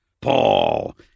Paul